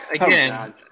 again